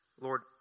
Lord